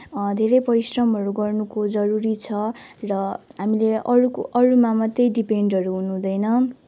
धेरै परिश्रमहरू गर्नुको जरुरी छ र हामीले अरूको अरूमा मात्रै डिपेन्डहरू हुनुहुँदैन